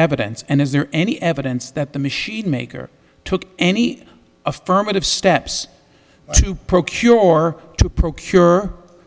evidence and is there any evidence that the machine maker took any affirmative steps to procure or to procure